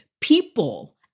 people